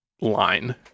line